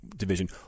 division